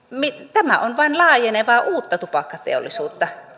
tämä on vain laajenevaa uutta tupakkateollisuutta